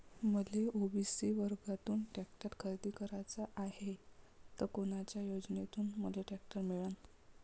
मले ओ.बी.सी वर्गातून टॅक्टर खरेदी कराचा हाये त कोनच्या योजनेतून मले टॅक्टर मिळन?